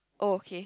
oh okay